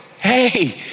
hey